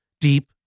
deep